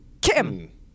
Kim